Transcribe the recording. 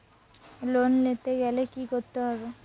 Loan নিতে গেলে কি করতে হবে?